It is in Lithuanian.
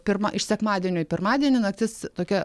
pirma iš sekmadienio į pirmadienį naktis tokia